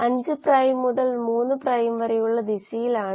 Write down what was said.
അതായത് നമ്മൾ ചെയ്തത് ഫ്ലൂറസെൻസിലൂടെ ഇൻട്രാസെല്ലുലാർ പി